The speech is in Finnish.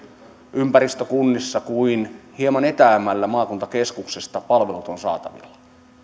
ympäristökunnissa kuin hieman etäämmällä maakuntakeskuksesta palvelut ovat saatavilla